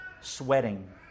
sweating